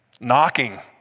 knocking